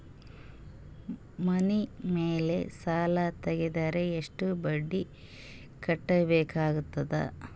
ಮನಿ ಮೇಲ್ ಸಾಲ ತೆಗೆದರ ಎಷ್ಟ ಬಡ್ಡಿ ಕಟ್ಟಬೇಕಾಗತದ?